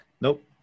Nope